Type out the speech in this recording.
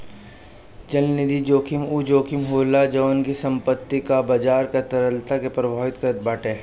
चलनिधि जोखिम उ जोखिम होला जवन की संपत्ति कअ बाजार के तरलता के प्रभावित करत बाटे